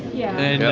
yeah